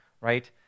right